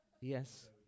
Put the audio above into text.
Yes